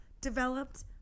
developed